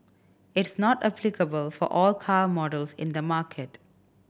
it's not applicable for all car models in the market